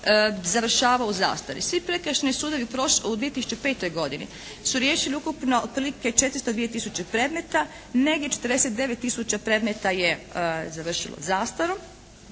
završavao u zastari. Svi prekršajni sudovi u 2005. godini su riješili ukupno otprilike 402 tisuće predmeta, negdje 49 tisuća predmeta je završilo zastarom